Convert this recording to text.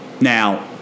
Now